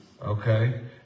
Okay